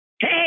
Hey